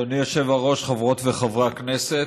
אדוני היושב-ראש, חברות וחברי הכנסת,